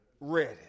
ready